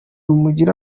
mugire